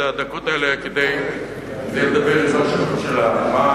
את הדקות האלה כדי לדבר עם ראש הממשלה.